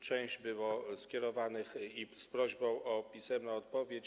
Część była skierowana z prośbą o pisemną odpowiedź.